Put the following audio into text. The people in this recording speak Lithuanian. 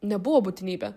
nebuvo būtinybė